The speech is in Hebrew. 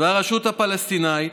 והרשות הפלסטינית,